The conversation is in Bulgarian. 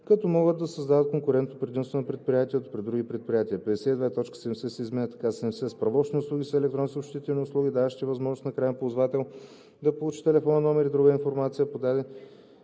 като могат да създадат конкурентно предимство на предприятието пред другите предприятия.“ 52. Точка 70 се изменя така: „70. „Справочни услуги“ са електронни съобщителни услуги, даващи възможност на краен ползвател да получи телефонен номер и друга информация